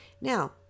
Now